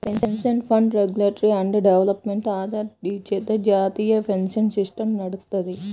pension fund regulatory and development అథారిటీచే జాతీయ pension system నడుత్తది